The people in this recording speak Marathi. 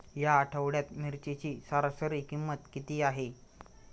या आठवड्यात मिरचीची सरासरी किंमत किती आहे?